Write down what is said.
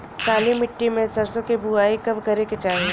काली मिट्टी में सरसों के बुआई कब करे के चाही?